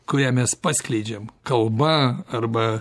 kurią mes paskleidžiam kalba arba